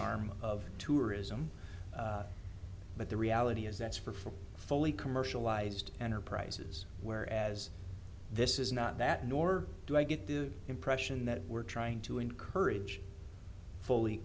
arm of tourism but the reality is that's for full fully commercialised enterprises whereas this is not that nor do i get the impression that we're trying to encourage fully